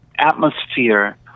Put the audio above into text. atmosphere